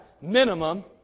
minimum